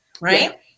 right